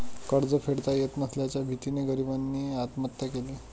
कर्ज फेडता येत नसल्याच्या भीतीने गरीबाने आत्महत्या केली